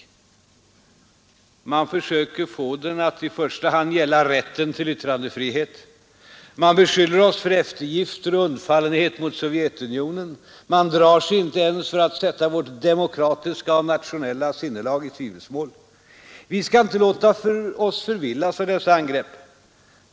Man försöker få den att i första hand gälla rätten till yttrandefrihet. Man beskyller oss för eftergifter och undfallenhet mot Sovjetunionen. Man drar sig inte ens att sätta vårt demokratiska och nationella sinnelag i tvivelsmål. Vi skall inte låta oss förvillas av dessa angrepp.